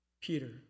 Peter